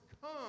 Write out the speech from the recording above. Come